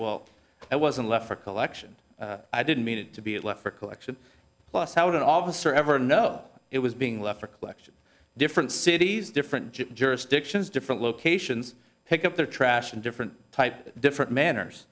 well it wasn't left for collection i didn't mean it to be left for collection plus how would an officer ever know it was being left for collection different cities different jurisdictions different locations pick up their trash in different type different manners